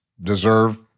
deserve